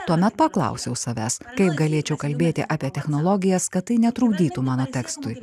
tuomet paklausiau savęs kaip galėčiau kalbėti apie technologijas kad tai netrukdytų mano tekstui